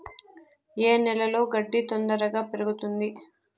ఏ నేలలో గడ్డి తొందరగా పెరుగుతుంది